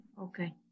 Okay